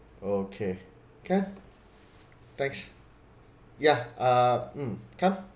okay can thanks yeah uh mm come